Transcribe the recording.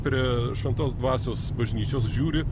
prie šventos dvasios bažnyčios žiūri